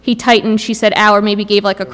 he tightened she said our maybe gave like a